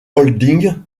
holding